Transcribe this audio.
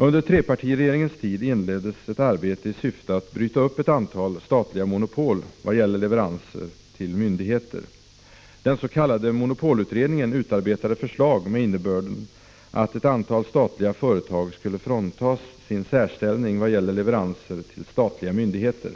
Under trepartiregeringens tid inleddes ett arbete i syfte att bryta upp ett antal statliga monopol vad gäller leveranser till myndigheter. Den s.k. monopolutredningen utarbetade förslag med innebörden att ett antal statliga företag skulle fråntas sin särställning vad gäller leveranser till statliga myndigheter.